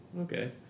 okay